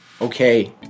Okay